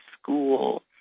school